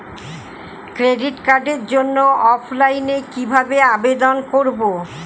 Credit কার্ডের জন্য অফলাইনে কিভাবে আবেদন করব?